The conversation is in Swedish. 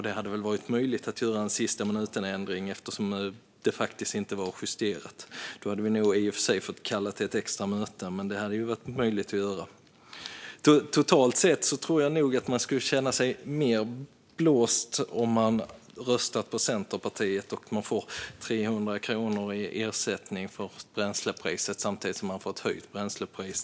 Det hade väl varit möjligt att göra en sista-minuten-ändring eftersom det faktiskt inte var justerat. Då hade vi nog i och för sig fått kalla till ett extra möte, men det hade ju varit möjligt att göra. Totalt sett tror jag nog att man skulle känna sig mer blåst om man röstat på Centerpartiet och till exempel får 300 kronor i ersättning för bränslepriset samtidigt som man får ett höjt bränslepris.